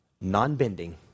non-bending